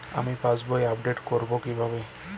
আমি পাসবই আপডেট কিভাবে করাব?